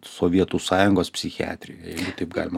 sovietų sąjungos psichiatrijoje jeigu taip galima pavadinti